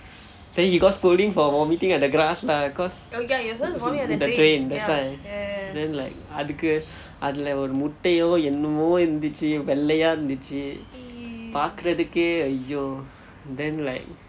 then he got scolding for vomiting at the grass lah cause the drain that's why then like அதுக்கு அதுல ஒரு முட்டையோ என்னமோ இருந்திச்சு வெள்ளையா இருந்திச்சு பார்க்கிறதுக்கே:athukku athula oru muttayo ennamo irunthichu vellaiyaa irunthichu paarkkirathukkae !aiyo! and then like